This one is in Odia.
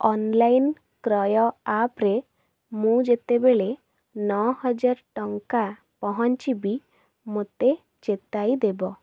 ଅନଲାଇନ୍ କ୍ରୟ ଆପ୍ରେ ମୁଁ ଯେତେବେଳେ ନଅହଜାର ଟଙ୍କା ପହଞ୍ଚିବି ମୋତେ ଚେତାଇ ଦେବ